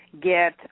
get